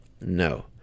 No